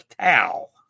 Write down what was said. towel